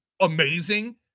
amazing